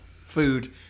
food